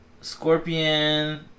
Scorpion